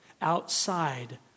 outside